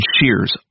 shears